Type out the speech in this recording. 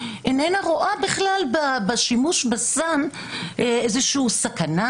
איננה רואה בכלל בשימוש בסם איזושהי סכנה,